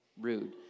rude